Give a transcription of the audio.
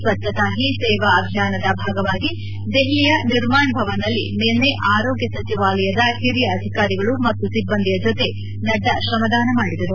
ಸ್ವಜ್ಞತಾ ಹೀ ಸೇವಾ ಅಭಿಯಾನದ ಭಾಗವಾಗಿ ದೆಹಲಿಯ ನಿರ್ಮಾಣ್ ಭವನ್ನಲ್ಲಿ ನಿನ್ನೆ ಆರೋಗ್ಯ ಸಚಿವಾಲಯದ ಹಿರಿಯ ಅಧಿಕಾರಿಗಳು ಮತ್ತು ಸಿಬ್ಬಂದಿಯ ಜೊತೆಗೂಡಿ ನಡ್ಡಾ ಶ್ರಮದಾನ ಮಾಡಿದರು